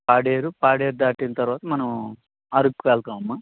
పాడేరు పాడేరు దాటిన తరువాత మనం అరకుకు వెళ్తాము అమ్మ